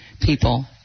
people